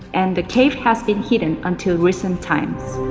and the cave has been hidden until recent times.